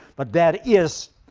but there is